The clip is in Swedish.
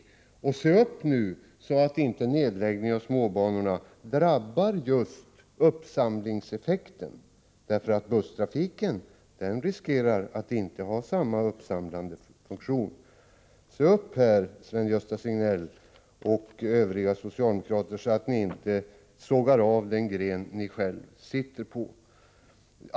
Och se upp nu, så att inte nedläggningen av småbanorna drabbar just uppsamlingseffekten, för det finns risk för att busstrafiken inte har samma uppsamlande funktion. Jag upprepar: Se upp här, Sven-Gösta Signell och övriga socialdemokrater, så att ni inte sågar av den gren ni själva sitter på!